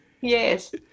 Yes